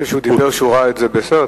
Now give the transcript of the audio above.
אני חושב שהוא אמר שהוא ראה את זה בסרט,